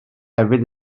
hefyd